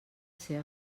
ser